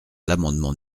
l’amendement